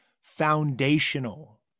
foundational